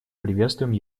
приветствуем